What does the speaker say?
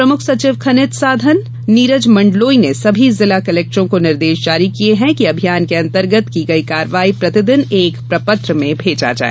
प्रमुख सचिव खनिज साधन नीरज मंडलोई ने समस्त जिला कलेक्टरों को निर्देश जारी किये हैं कि अभियान के अंतर्गत की गई कार्रवाई प्रतिदिन एक प्रपत्र में भेजें